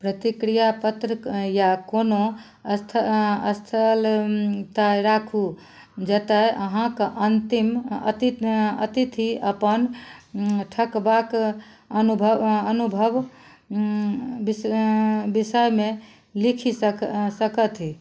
प्रतिक्रिया पत्र या कोनो अस्थ स्थल तय राखू जतऽ अहाँक अन्तिम अति अतिथि अपन ठकबक अनुभव अनुभव बिस विषयमे लिखि सक सकथि